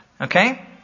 Okay